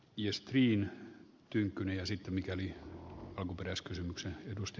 jos viime tinkaan esitä mikäli arvoisa puhemies